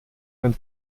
wenn